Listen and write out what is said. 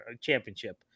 championship